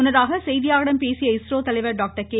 முன்னதாக செய்தியாளர்களிடம் பேசிய இஸ்ரோ தலைவர் டாக்டர் கே